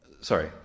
Sorry